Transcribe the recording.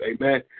Amen